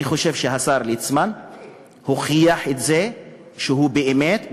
אני חושב שהשר ליצמן הוכיח את זה שהוא באמת,